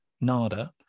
nada